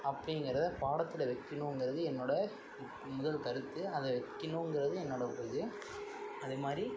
அப்படிங்கிறத பாடத்தில் வைக்கிணுங்கிறது என்னோட முதல் கருத்து அதை வைக்கிணுங்கிறது என்னோட இது அதேமாதிரி